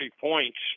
points